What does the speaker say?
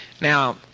now